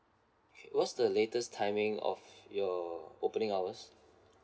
what's the latest timing of your opening hours